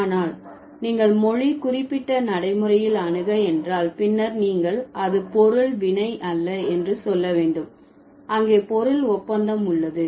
ஆனால் நீங்கள் மொழி குறிப்பிட்ட நடைமுறையில் அணுக என்றால் பின்னர் நீங்கள் அது பொருள் வினை அல்ல என்று சொல்ல வேண்டும் அங்கே பொருள் ஒப்பந்தம் உள்ளது